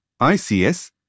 ICS